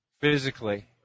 physically